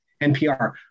NPR